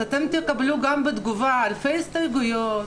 אתם תקבלו בתגובה אלפי הסתייגויות,